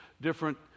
different